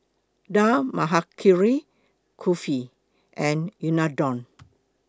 Dal Makhani Kulfi and Unadon